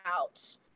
out